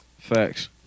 Facts